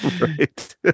right